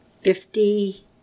Fifty